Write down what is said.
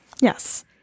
Yes